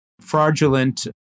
fraudulent